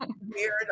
weird